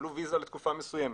קיבלו וויזה לתקופה מסוימת,